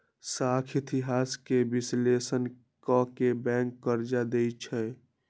साख इतिहास के विश्लेषण क के बैंक कर्जा देँई छै